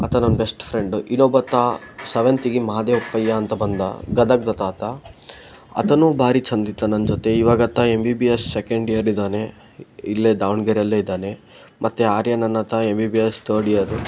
ಆತ ನನ್ನ best friend ಇನ್ನೊಬ್ಬಾತ ಸೆವೆಂತಿಗೆ ಮಹದೇವಪ್ಪಯ್ಯಾ ಅಂತ ಬಂದ ಗದಗ್ದ ಆತ ಆತನೂ ಭಾರಿ ಚಂದಿದ್ದ ನನ್ನ ಜೊತೆ ಇವಾಗ ಆತ M B B S second year ಇದ್ದಾನೆ ಇಲ್ಲೇ ದಾವಣಗೆರೆಯಲ್ಲೇ ಇದ್ದಾನೆ ಮತ್ತು ಆರ್ಯನ್ ಅನ್ನೋತ M B B S third year